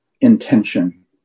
intention